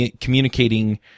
communicating